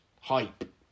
hype